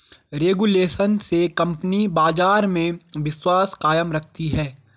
regulation से company बाजार में विश्वास कायम रखती है